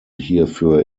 hierfür